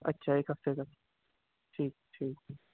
اچھا ایک ہفتے تک ٹھیک ٹھیک